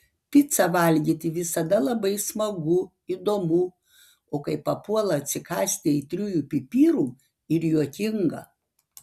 picą valgyti visada labai smagu įdomu o kai papuola atsikąsti aitriųjų pipirų ir juokinga